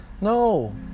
no